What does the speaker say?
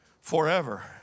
Forever